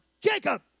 Jacob